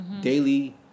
daily